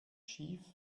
schief